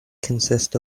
consist